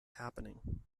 happening